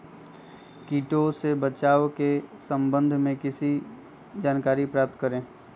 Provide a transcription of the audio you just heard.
किटो से बचाव के सम्वन्ध में किसी जानकारी प्राप्त करें?